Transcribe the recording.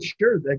sure